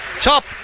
top